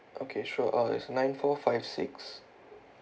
okay sure uh it's nine four five six